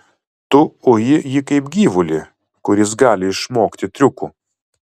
tu uji jį kaip gyvulį kuris gali išmokti triukų